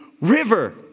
river